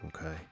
okay